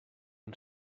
ens